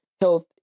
health